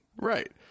Right